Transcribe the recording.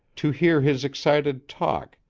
to hear his excited talk,